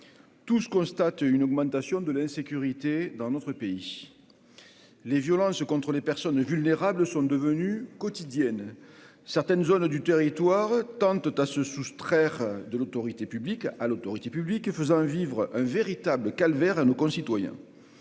tous constatent une augmentation de l'insécurité dans notre pays, les violences contre les personnes vulnérables sont devenues quotidiennes, certaines zones du territoire tentent à se soustraire de l'autorité publique à l'autorité publique faisant vivre un véritable calvaire à nos concitoyens,